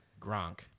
Gronk